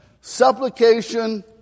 supplication